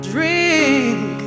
Drink